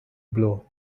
blow